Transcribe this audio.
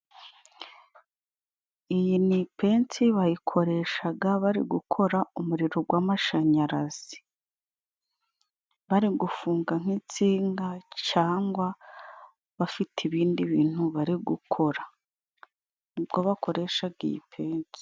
Iyi ni ipensi bayikoreshaga bari gukora umuriro gw'amashanyarazi. Bari gufunga nk'insinga cyangwa bafite ibindi bintu bari gukora. Ni bwo bakoreshaga iyi pensi.